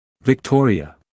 Victoria